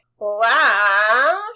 Last